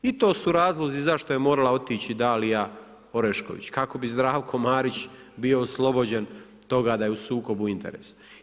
I to su razlozi zašto je morala otići Dalija Orešković kako bi Zdravko Marić bio oslobođen toga da je u sukobu interesa.